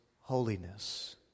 holiness